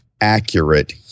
accurate